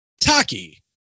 Taki